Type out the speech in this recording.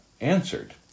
answered